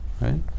right